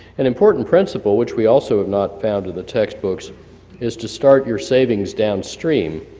an important principle, which we also have not found in the textbooks is to start your savings downstream.